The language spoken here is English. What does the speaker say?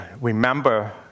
remember